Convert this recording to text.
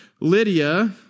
Lydia